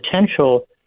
potential